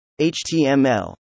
HTML